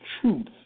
truth